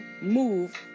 move